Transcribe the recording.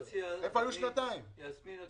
איפה היו